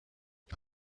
ich